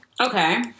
Okay